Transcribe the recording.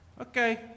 Okay